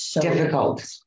difficult